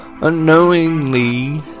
unknowingly